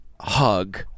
hug